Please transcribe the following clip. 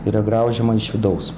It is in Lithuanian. yra graužiama iš vidaus